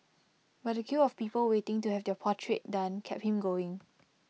but the queue of people waiting to have their portrait done kept him going